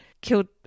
killed